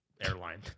airline